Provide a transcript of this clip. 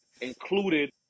included